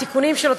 התיקונים שלו,